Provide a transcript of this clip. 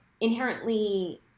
inherently